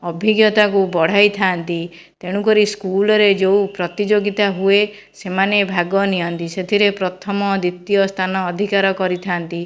ଅଭିଜ୍ଞତାକୁ ବଢ଼ାଇଥାନ୍ତି ତେଣୁ କରି ସ୍କୁଲ୍ ରେ ଯୋଉ ପ୍ରତିଯୋଗିତା ହୁଏ ସେମାନେ ଭାଗନିଅନ୍ତି ସେଥିରେ ପ୍ରଥମ ଦ୍ୱିତୀୟ ସ୍ଥାନ ଅଧିକାର କରିଥାନ୍ତି